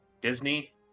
Disney